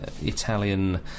Italian